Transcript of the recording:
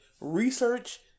research